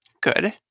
Good